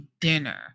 dinner